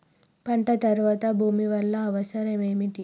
పంట తర్వాత భూమి వల్ల అవసరం ఏమిటి?